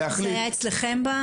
זה היה אצלכם?